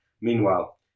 Meanwhile